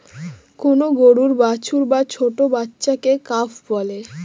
কোন গরুর বাছুর বা ছোট্ট বাচ্চাকে কাফ বলে